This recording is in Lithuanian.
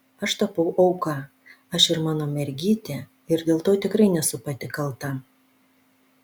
aš tapau auka aš ir mano mergytė ir dėl to tikrai nesu pati kalta